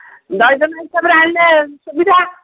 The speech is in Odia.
ଡଜନ ହିସାବରେ ଆଣିଲେ ସୁବିଧା